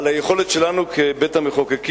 על היכולת שלנו כבית-המחוקקים,